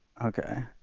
Okay